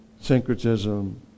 Syncretism